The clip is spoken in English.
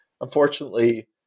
unfortunately